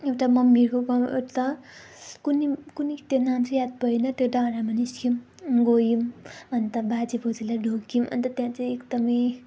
एउटा मम्मीहरूको उता कुन्नि कुन्नि त्यो नाम चाहिँ याद भएन त्यो डाँडामा चाहिँ निस्कियौँ गयौँ अन्त बाजेबोजूलाई ढोग्यौँ अन्त त्यहाँ चाहिँ एकदमै